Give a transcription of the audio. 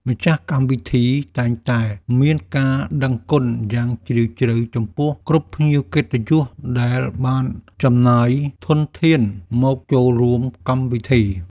ម្ចាស់កម្មវិធីតែងតែមានការដឹងគុណយ៉ាងជ្រាលជ្រៅចំពោះគ្រប់ភ្ញៀវកិត្តិយសដែលបានចំណាយធនធានមកចូលរួមកម្មវិធី។